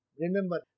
Remember